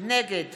נגד